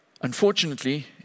unfortunately